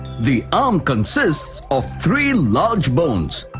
the arm consists of three large bones.